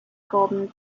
golden